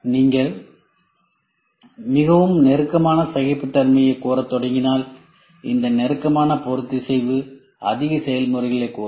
நீங்கள் மிகவும் இறுக்கமான சகிப்புத்தன்மையைக் கோரத் தொடங்கினால் இந்த இறுக்கமான பொறுத்திசைவு அதிக செயல்முறைகளைக் கோரும்